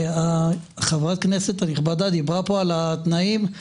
חברת הכנסת הנכבדה דיברה על התנאים.